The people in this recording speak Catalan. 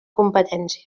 competència